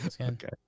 okay